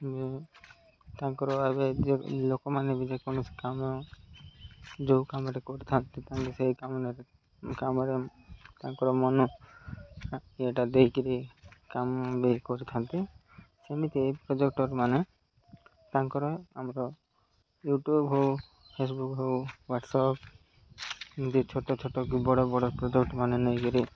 ତାଙ୍କର ଏବେ ଲୋକମାନେ ବି ଯେକୌଣସି କାମ ଯେଉଁ କାମରେ କରିଥାନ୍ତି ତାନ୍ତି ସେଇ କାମରେ କାମରେ ତାଙ୍କର ମନ ଇଟା ଦେଇ କରି କାମ ବି କରିଥାନ୍ତି ସେମିତି ଏଇ ପ୍ରୋଜେକ୍ଟର ମାନେ ତାଙ୍କର ଆମର ୟୁଟ୍ୟୁବ୍ ହଉ ଫେସବୁକ୍ ହଉ ୱାଟସ୍ଆପ୍ ଏମିତି ଛୋଟ ଛୋଟ କି ବଡ଼ ବଡ଼ ପ୍ରଡ଼କ୍ଟ ମାନେ ନେଇ କରି